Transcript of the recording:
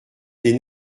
des